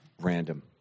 Random